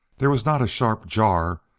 there was not a sharp jar,